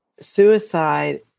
Suicide